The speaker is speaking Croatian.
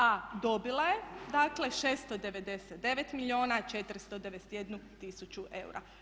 A dobila je dakle 699 milijuna i 491 tisuću eura.